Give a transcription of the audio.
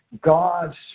God's